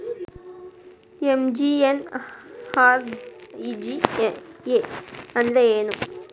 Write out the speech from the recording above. MGNREGA ಅಂದ್ರೆ ಏನು?